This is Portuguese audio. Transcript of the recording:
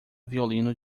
violino